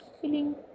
Feeling